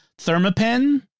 Thermapen